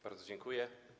Bardzo dziękuję.